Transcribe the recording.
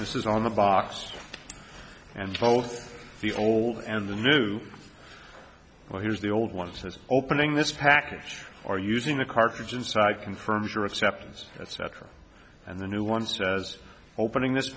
this is on the box and both the old and the new well here's the old ones as opening this package or using a cartridge inside confirms your acceptance etc and the new one says opening this